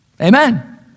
Amen